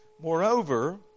Moreover